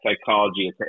psychology